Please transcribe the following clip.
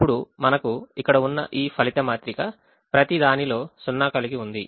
ఇప్పుడు మనకు ఇక్కడ ఉన్న ఈ ఫలిత మాత్రిక ప్రతిదానిలో సున్నా కలిగి ఉంది